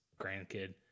grandkid